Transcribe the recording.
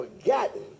forgotten